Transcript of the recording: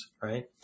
right